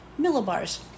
millibars